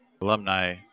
alumni